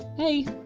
hey.